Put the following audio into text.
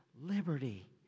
liberty